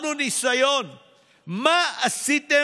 ממה אתם